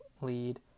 lead